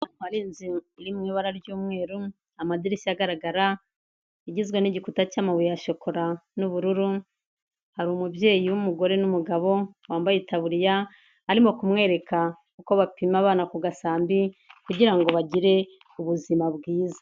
Hari inzu iri mu ibara ry'umweru amadirishya agaragara, igizwe n'gikuta cy'amabuye ya shokora n'ubururu, hari umubyeyi w'umugore n'umugabo wambaye itaburiya arimo kumwereka uko bapima abana ku gasambi, kugira ngo bagire ubuzima bwiza.